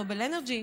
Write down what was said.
נובל אנרג'י,